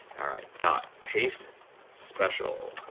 all right, dot paste special.